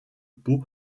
peaux